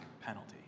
penalty